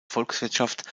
volkswirtschaft